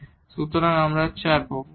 সুতরাং আমরা 4 পাবো